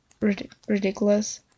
ridiculous